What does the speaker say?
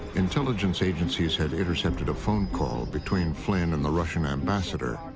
intelligence agencies had intercepted a phone call between flynn and the russian ambassador.